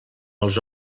els